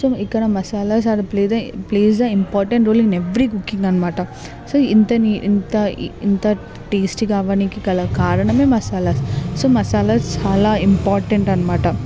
so ఇక్కడ masalas plays plays important role in every cooking అన్నమాట so ఇంతని ఇంత ఇంత టేస్టిగా అవ్వనికి గల కారణం మసాలాస్ సో మసాలాస్ చాలా ఇంపార్టెంట్ అన్నమాట